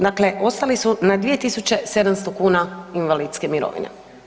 Dakle, ostali su na 2.700 kuna invalidske mirovine.